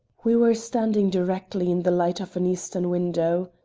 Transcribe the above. we were standing directly in the light of an eastern window.